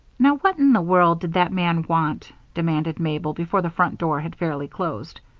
now what in the world did that man want? demanded mabel, before the front door had fairly closed.